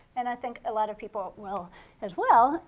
and i think a lot of people will as well.